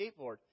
skateboard